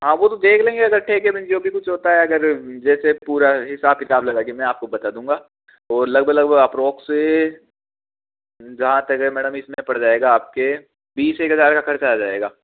हां वो देख लेंगे अगर ठेके पे जो भी कुछ होता है अगर जैसे पूरा हिसाब किताब लगाके में आपको बता दूंगा और लगभग अप्रोक्स जहां तक मैडम इसमें पड़ जाएगा आपके बीस एक हज़ार खर्चा आ जाएगा